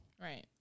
Right